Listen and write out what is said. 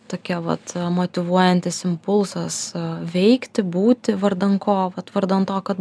tokia vat motyvuojantis impulsas veikti būti vardan ko vat vardan to kad